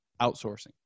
outsourcing